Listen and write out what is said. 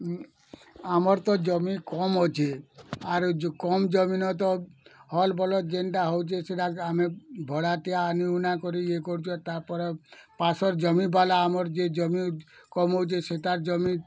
ଆମର ତ ଜମି କମ୍ ଅଛି ଆରୁ ଯୋ କମ୍ ଜମି ନ ତ ହଲ୍ ବଲ୍ଦ ଯେନ୍ତା ହଉଛି ସୋଟାକ ଆମେ ଭଡ଼ାଟିଆ ନୁ ନୁଆ କରି ଇଏ କରୁଛେ ତା'ପରେ ପାସର୍ ଜମିବାଲା ଆମର୍ ଯେ ଜମି କମଉଛି ସେଇଟା ଜମି